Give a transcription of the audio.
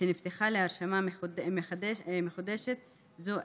שנפתחה להרשמה מחודשת זה עתה.